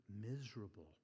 miserable